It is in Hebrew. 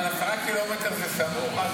10 קילומטר זה סמוך?